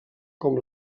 com